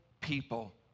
people